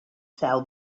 seu